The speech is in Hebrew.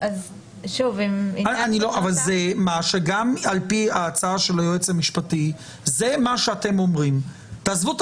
עדיין יכול להיות שבשביל הטאבו צריך להגיע לטאבו כדי לקבל